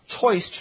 choice